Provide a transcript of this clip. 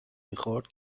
میخورد